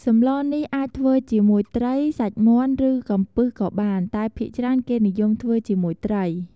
សម្លនេះអាចធ្វើជាមួយត្រី សាច់មាន់ ឬកំពឹសក៏បាន តែភាគច្រើនគេនិយមធ្វើជាមួយត្រី។